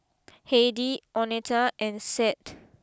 Heidy Oneta and Seth